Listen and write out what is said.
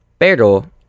Pero